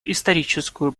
историческую